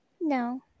No